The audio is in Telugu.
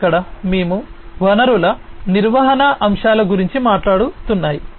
ఇక్కడ మేము వనరుల నిర్వహణ అంశాల గురించి మాట్లాడుతున్నాము